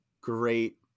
great